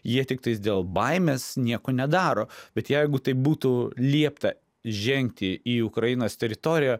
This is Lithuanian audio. jie tiktais dėl baimės nieko nedaro bet jeigu tai būtų liepta žengti į ukrainos teritoriją